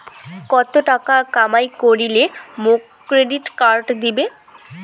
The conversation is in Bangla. কত টাকা কামাই করিলে মোক ক্রেডিট কার্ড দিবে?